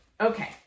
okay